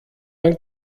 man